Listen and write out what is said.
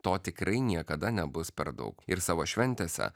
to tikrai niekada nebus per daug ir savo šventėse